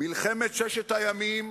מלחמת ששת הימים,